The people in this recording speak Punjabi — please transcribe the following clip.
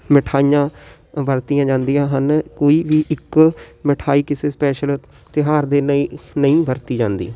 ਮਿਠਾਈਆਂ ਵਰਤੀਆਂ ਜਾਂਦੀਆਂ ਹਨ ਕੋਈ ਵੀ ਇੱਕ ਮਿਠਾਈ ਕਿਸੇ ਸਪੈਸ਼ਲ ਤਿਉਹਾਰ ਦੇ ਲਈ ਨਹੀਂ ਵਰਤੀ ਜਾਂਦੀ